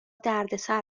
دردسر